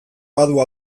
badu